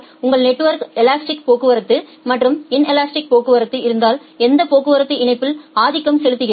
உங்கள் network elastic போக்குவரத்து மற்றும் இன்லஸ்ட்டிக் போக்குவரத்து இருந்தால் எந்த போக்குவரத்து இணைப்பில் ஆதிக்கம் செலுத்துகிறது